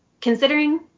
considering